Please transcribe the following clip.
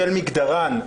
בשל מגדרן,